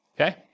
okay